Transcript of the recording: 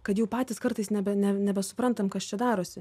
kad jau patys kartais nebe ne nebesuprantam kas čia darosi